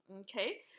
okay